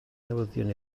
newyddion